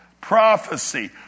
prophecy